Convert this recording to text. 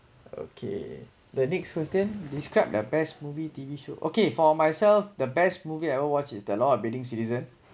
okay the next question describe the best movie T_V show okay for myself the best movie I ever watch is the law abiding citizen